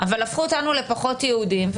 אבל הפכו אותנו לפחות יהודים.